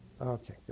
Okay